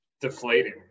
deflating